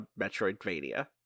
Metroidvania